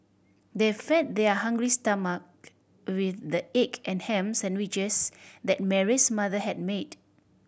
they fed their hungry stomach with the egg and ham sandwiches that Mary's mother had made